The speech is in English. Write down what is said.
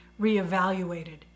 reevaluated